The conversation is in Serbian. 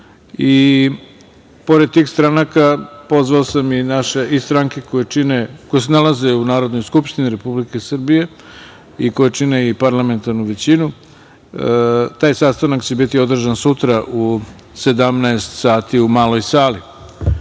Pored tih stranaka pozvao sam i naše stranke koje se nalaze u Narodnoj skupštini Republike Srbije i koje čine i parlamentarnu većinu. Taj sastanak će biti održan sutra u 17.00 sati u Maloj